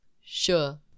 Sure